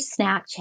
Snapchat